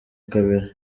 kabiri